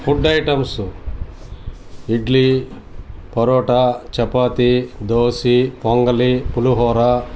food items idli parotta chapati dosa pongal pulihora